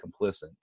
complicit